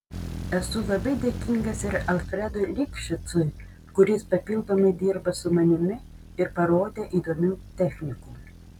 esu labai dėkingas ir alfredui lifšicui kuris papildomai dirba su manimi ir parodė įdomių technikų